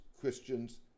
Christians